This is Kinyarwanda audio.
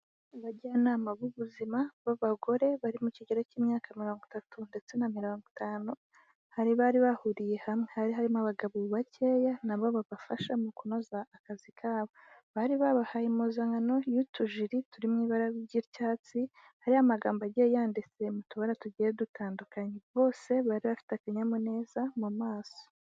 Abajyanama b'ubuzima b'abagore, bari mu kigero cy'imyaka mirongo itatu ndetse na mirongo itanu. Ahari bari bahuriye hamwe. Hari harimo abagabo bakeya na bo babafasha mu kunoza akazi kabo. Bari babahaye impuzankano y'utujiri turi mu ibara ry'icyatsi, hariho amagambo agiye yanditse mu tubara tugiye dutandukanye. Bose bari bafite akanyamuneza mu maso.